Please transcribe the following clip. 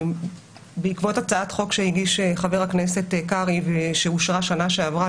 בעקבות הצעת חוק שהגיש חבר הכנסת קרעי ושאושרה בשנה שעברה,